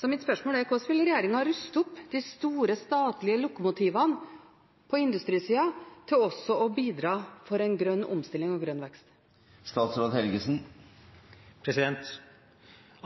Så mitt spørsmål er: Hvordan vil regjeringen ruste opp de store statlige lokomotivene på industrisida til også å bidra til en grønn omstilling og grønn vekst?